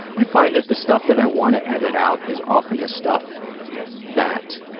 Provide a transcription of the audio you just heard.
i find that the stuff that i wanna edit out is often the stuff that